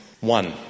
One